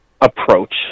approach